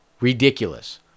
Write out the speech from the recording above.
ridiculous